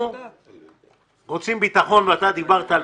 שר העבודה,